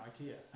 Ikea